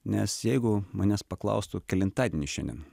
nes jeigu manęs paklaustų kelintadienis šiandien